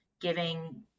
giving